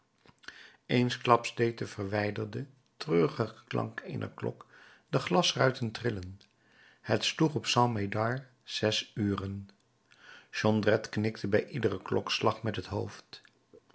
eensklaps deed de verwijderde treurige klank eener klok de glasruiten trillen het sloeg op st médard zes uren jondrette knikte bij iederen klokslag met het hoofd